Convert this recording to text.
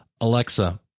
Alexa